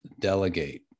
delegate